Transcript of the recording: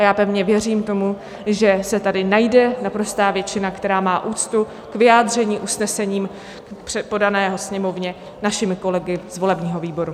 Já pevně věřím tomu, že se tady najde naprostá většina, která má úctu k vyjádření usnesení podaného Sněmovně našimi kolegy z volebního výboru.